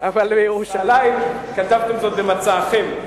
אבל בירושלים, כתבתם זאת במצעכם.